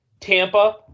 Tampa